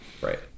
Right